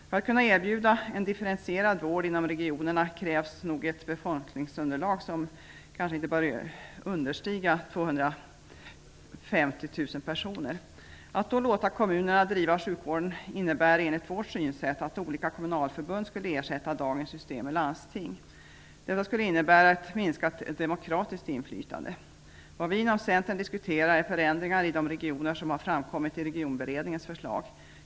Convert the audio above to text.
För att kunna erbjuda en differentierad vård inom regionerna krävs nog ett befolkningsunderlag som inte bör understiga 250 000 personer. Att låta kommunerna driva sjukvården innebär enligt vårt synsätt att olika kommunalförbund skall ersätta dagens system med landsting. Detta skulle innebära ett minskat demokratiskt inflytande. Det vi inom Centern diskuterar är förändringar i de regioner som har förts fram i Regionberedningens förslag.